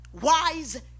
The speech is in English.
Wise